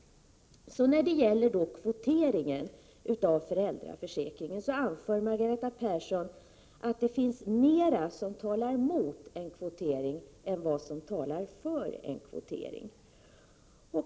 När det gäller kvoteringen av föräldraförsäkringen anför Margareta Persson att det finns mer som talar emot en kvotering än som talar för en kvotering.